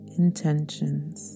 intentions